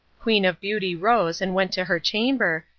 queen of beauty rose and went to her chamber,